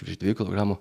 virš dviejų kilogramų